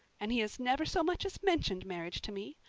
and he has never so much as mentioned marriage to me.